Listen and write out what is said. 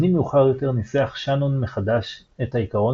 שנים מאוחר יותר ניסח שאנון מחדש את העיקרון